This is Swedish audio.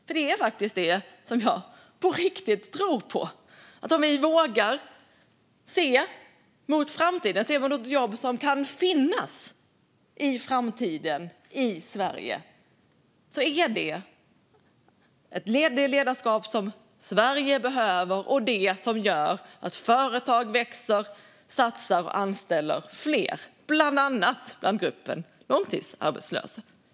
För det är faktiskt det som jag på riktigt tror på, att vi vågar se mot framtiden och se de jobb som kan finnas i framtiden i Sverige. Det är det ledarskap som Sverige behöver och som gör att företag växer, satsar och anställer fler, bland annat i gruppen långtidsarbetslösa.